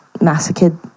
massacred